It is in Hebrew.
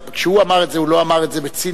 כשהוא אמר את זה הוא לא אמר את זה בציניות,